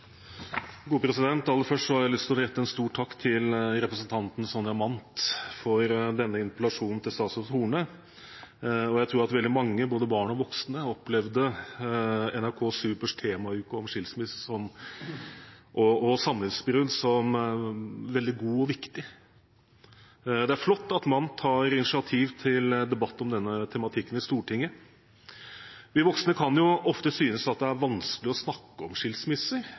Aller først har jeg lyst til å rette en stor takk til representanten Sonja Mandt for denne interpellasjonen til statsråd Horne. Jeg tror at veldig mange – både barn og voksne – opplevde NRK Supers temauke over skilsmisse og samlivsbrudd som veldig god og viktig. Det er flott at representanten Mandt tar initiativ til debatt om denne tematikken i Stortinget. Vi voksne kan ofte synes det er vanskelig å snakke om skilsmisser.